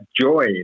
joy